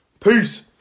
Peace